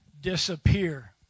disappear